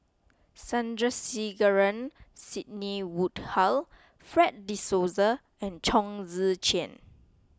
Sandrasegaran Sidney Woodhull Fred De Souza and Chong Tze Chien